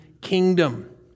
kingdom